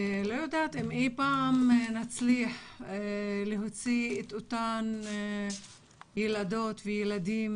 אני לא יודעת אם אי פעם נצליח להוציא את אותם ילדות וילדים